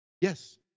Yes